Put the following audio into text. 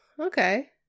Okay